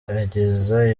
ageza